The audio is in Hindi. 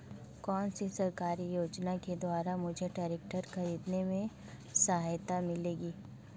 कौनसी सरकारी योजना के द्वारा मुझे ट्रैक्टर खरीदने में सहायता मिलेगी?